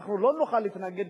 אנחנו לא נוכל להתנגד,